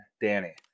Danny